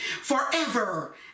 forever